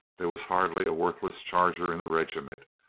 there was hardly a worthless charger in the regiment.